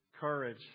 Courage